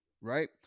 Right